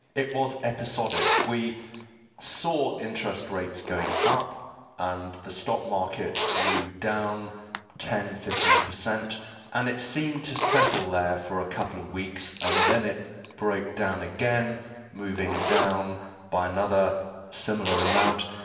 it was episodic. we saw interest rates going up and the stock market moved down ten percent, fifteen percent and it seemed to settle there for a couple of weeks and then it broke down again moving down by another similar amount,